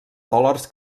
dòlars